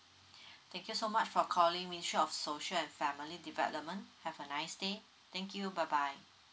thank you so much for calling ministry of social and family development have a nice day thank you bye bye